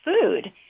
food